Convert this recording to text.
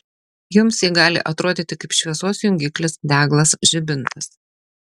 jums ji gali atrodyti kaip šviesos jungiklis deglas žibintas